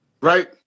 Right